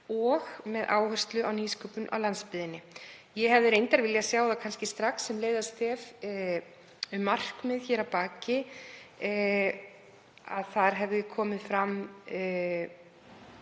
og með áherslu á nýsköpun á landsbyggðinni. Ég hefði reyndar viljað sjá það strax sem leiðarstef um markmið hér að baki, að þar hefði komið fram